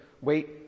wait